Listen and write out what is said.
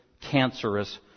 cancerous